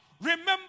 remember